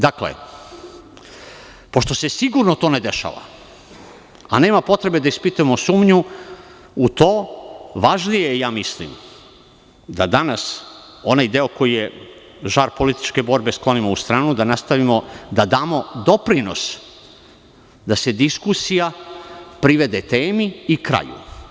Dakle, pošto se sigurno to ne dešava, a nema potrebe da ispitujemo sumnju u to, važnije je, ja mislim, da danas onaj deo koji je žar političke borbe sklonimo u stranu, da nastavimo, da damo doprinos da se diskusija privede temi i kraju.